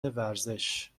ورزش